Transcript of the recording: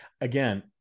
again